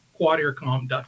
Quadaircom.com